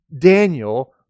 Daniel